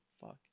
Fuck